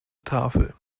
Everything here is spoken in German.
tafel